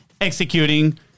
executing